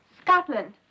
Scotland